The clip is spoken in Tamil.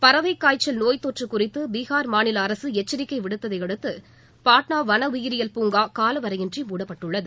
பறவைக் காய்ச்சல் நோய் தொற்று குறித்து பீஹார் மாநில அரசு எச்சரிக்கை விடுத்ததையடுத்து பாட்னா வன உயிரியில் பூங்கா காலவரையின்றி மூடப்பட்டுள்ளது